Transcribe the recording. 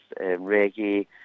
reggae